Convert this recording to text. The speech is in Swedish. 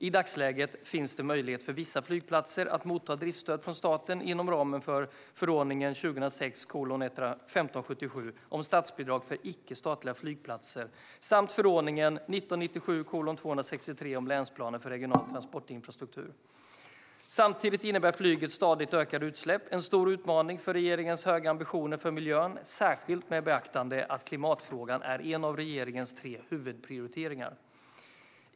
I dagsläget finns det möjlighet för vissa flygplatser att motta driftsstöd från staten inom ramen för förordningen om statsbidrag för icke statliga flygplatser samt förordningen om länsplaner för regional transportinfrastruktur. Samtidigt innebär flygets stadigt ökande utsläpp en stor utmaning för regeringens höga ambitioner för miljön, särskilt med beaktande av att klimatfrågan är en av regeringens tre huvudprioriteringar.